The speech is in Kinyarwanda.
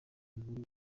inkuru